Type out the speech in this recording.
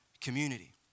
community